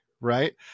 right